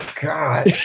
God